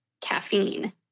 caffeine